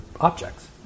objects